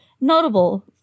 notable